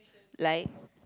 like